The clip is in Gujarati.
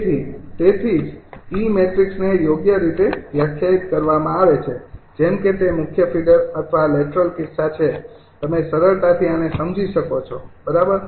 તેથી તેથી જ ઇ મેટ્રિક્સને યોગ્ય રીતે વ્યાખ્યાયિત કરવામાં આવે છે જેમ કે તે મુખ્ય ફીડર અથવા લેટરલ કિસ્સા છે તમે સરળતાથી આને સમજી શકો છો બરાબર